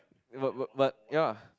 but but but ya